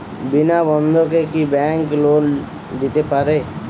বিনা বন্ধকে কি bank loan দিতে পারে?